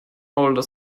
older